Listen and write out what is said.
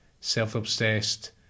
self-obsessed